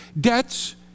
debts